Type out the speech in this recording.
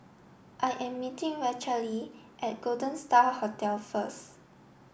I am meeting Rachelle at Golden Star Hotel first